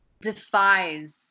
defies